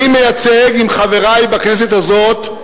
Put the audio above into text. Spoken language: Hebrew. אני, עם חברי בכנסת הזאת,